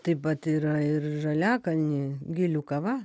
taip pat yra ir žaliakalny gilių kava